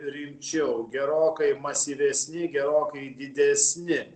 rimčiau gerokai masyvesni gerokai didesni